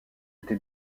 été